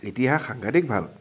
ইতিহাস সাংঘাতিক ভাল